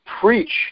preach